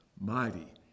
mighty